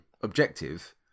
objective